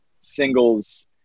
singles